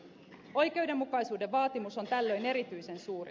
oikeudenmukaisuuden vaatimus on tällöin erityisen suuri